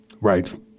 Right